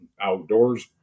outdoors